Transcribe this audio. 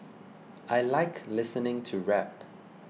I like listening to rap